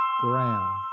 ground